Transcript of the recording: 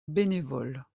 bénévoles